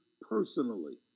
personally